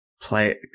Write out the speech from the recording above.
play